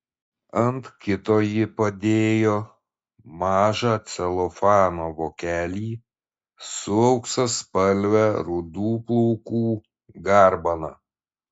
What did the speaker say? ant kito ji padėjo mažą celofano vokelį su auksaspalve rudų plaukų garbana